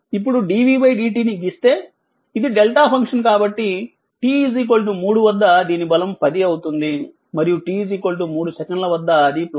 ఇప్పుడు dvdt ని గీస్తే ఇది డెల్టా ఫంక్షన్ కాబట్టి t 3 వద్ద దీని బలం 10 అవుతుంది మరియు t 3 సెకన్ల వద్ద అది ప్లాట్ చేయబడింది